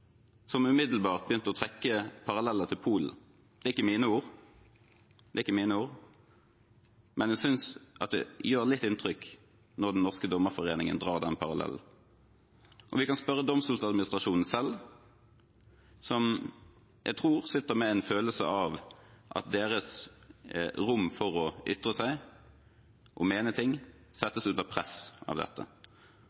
som umiddelbart begynte å trekke paralleller til Polen. Det er ikke mine ord, men jeg synes det gjør litt inntrykk når Den norske dommerforening drar den parallellen. Vi kan spørre Domstoladministrasjonen selv, som jeg tror sitter med en følelse av at deres rom for å ytre seg og mene ting,